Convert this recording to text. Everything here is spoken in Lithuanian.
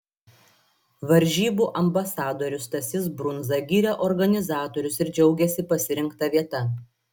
varžybų ambasadorius stasys brundza gyrė organizatorius ir džiaugėsi pasirinkta vieta